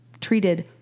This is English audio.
treated